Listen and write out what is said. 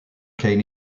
cane